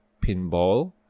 pinball